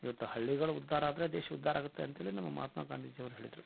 ಇವತ್ತು ಹಳ್ಳಿಗಳು ಉದ್ಧಾರ ಆದರೆ ದೇಶ ಉದ್ಧಾರ ಆಗುತ್ತೆ ಅಂತೇಳಿ ನಮ್ಮ ಮಹಾತ್ಮ ಗಾಂಧೀಜಿಯವರು ಹೇಳಿದ್ದರು